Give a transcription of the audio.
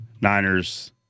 Niners